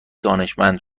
دانشمند